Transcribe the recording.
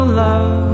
love